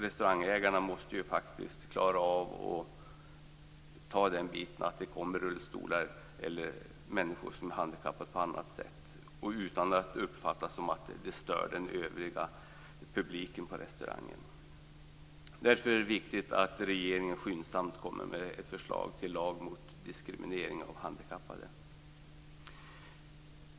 Restaurangägarna måste klara av att det kommer folk i rullstolar eller människor som är handikappade på annat sätt, utan att uppfatta det som att de skulle störa de övriga gästerna på restaurangen. Därför är det viktigt att regeringen skyndsamt kommer med ett förslag till lag mot diskriminering av handikappade.